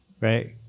right